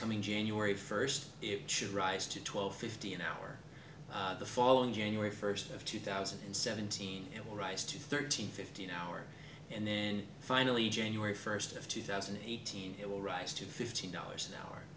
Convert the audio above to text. coming january first it should rise to twelve fifty an hour the following january first of two thousand and seventeen it will rise to thirteen fifteen hours and then finally january first of two thousand and eighteen it will rise to fifty dollars an hour